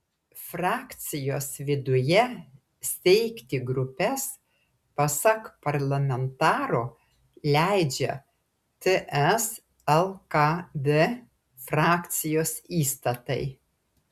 frakcijos viduje steigti grupes pasak parlamentaro leidžia ts lkd frakcijos įstatai